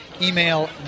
email